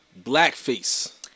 Blackface